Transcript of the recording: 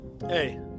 Hey